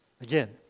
Again